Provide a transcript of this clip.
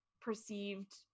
perceived